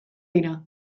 dira